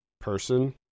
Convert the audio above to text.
Person